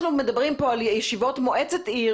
אנחנו מדברים כאן על ישיבות מועצת עיר